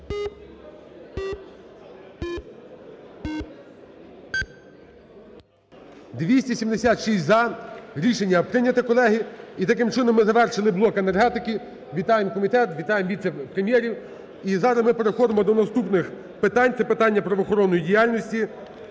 За-276 Рішення прийняте, колеги. І, таким чином, ми завершили блок енергетики. Вітаю комітет. Вітаю віце-прем’єрів. І зараз ми переходимо до наступних питань, це питання правоохоронної діяльності.